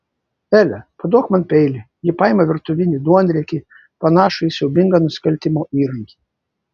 ele paduok man peilį ji paima virtuvinį duonriekį panašų į siaubingą nusikaltimo įrankį